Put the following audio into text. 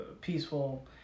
peaceful